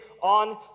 on